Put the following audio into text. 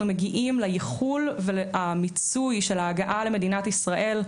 מגיעים לייחול והמיצוי של ההגעה למדינת ישראל,